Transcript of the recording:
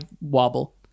wobble